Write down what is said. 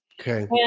Okay